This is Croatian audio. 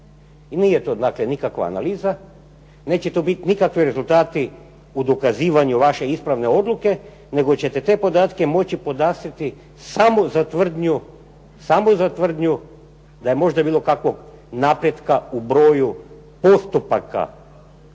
Nije to dakle nikakva analiza, neće to bit nikakvi rezultati o dokazivanju vaše ispravne odluke, nego ćete te podatke moći podastrti samo za tvrdnju da je možda bilo kakvog napretka u broju postupaka